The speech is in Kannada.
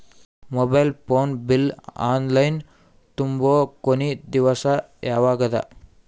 Mobile phone bill online ತುಂಬೊ ಕೊನಿ ದಿವಸ ಯಾವಗದ?